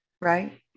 Right